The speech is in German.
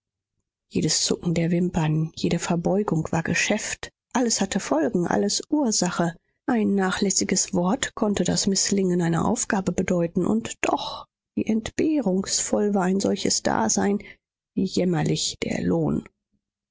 jedes zucken der wimpern jede verbeugung war geschäft alles hatte folgen alles ursache ein nachlässiges wort konnte das mißlingen einer aufgabe bedeuten und doch wie entbehrungsvoll war ein solches dasein wie jämmerlich der lohn